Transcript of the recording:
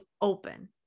open